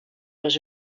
les